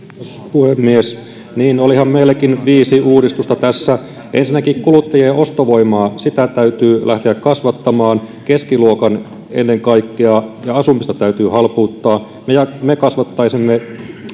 puhemies niin olihan meilläkin viisi uudistusta tässä ensinnäkin kuluttajien ostovoimaa täytyy lähteä kasvattamaan keskiluokan ennen kaikkea ja asumista täytyy halpuuttaa me kasvattaisimme